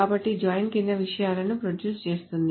కాబట్టి జాయిన్ కింది విషయాలను ప్రొడ్యూస్ చేస్తుంది